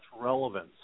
relevance